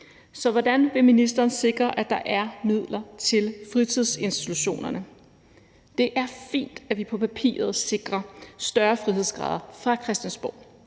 Så hvordan vil ministeren sikre, at der er midler til fritidsinstitutionerne? Det er fint, at vi på papiret sikrer større frihedsgrader her fra Christiansborg,